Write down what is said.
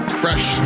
fresh